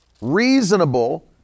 reasonable